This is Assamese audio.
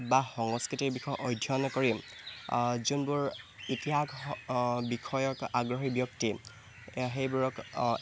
বা সংস্কৃতিৰ বিষয়ে অধ্যয়ন কৰি যোনবোৰ ইতিহাস বিষয়ত আগ্ৰহী ব্যক্তি সেইবোৰক